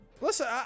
listen